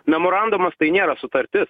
memorandumas tai nėra sutartis